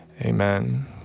Amen